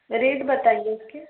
rate बताइए उसके